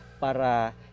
Para